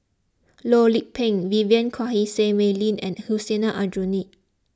Loh Lik Peng Vivien Quahe Seah Mei Lin and Hussein Aljunied